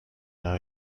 now